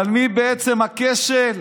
אבל מי בעצם הכשל?